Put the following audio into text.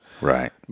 Right